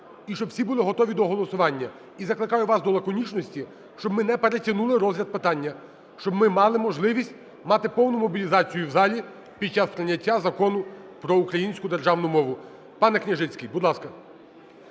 і щоб всі були готові до голосування. І закликаю вас до лаконічності, щоб ми не перетягнули розгляд питання, щоб ми мали можливість мати повну мобілізацію в залі під час прийняття Закону про українську державну мову. Пане Княжицький, будь ласка.